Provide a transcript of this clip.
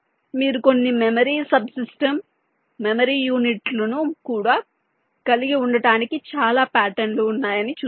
మీరు కొన్ని memory subsystem memory యూనిట్ల ను కలిగి ఉండటానికి చాలా పాటర్న్ లు ఉన్నాయని చూశారు